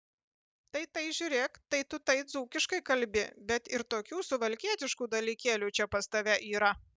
tai tai žiūrėk tai tu tai dzūkiškai kalbi bet ir tokių suvalkietiškų dalykėlių čia pas tave yra